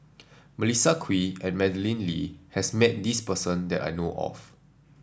Melissa Kwee and Madeleine Lee has met this person that I know of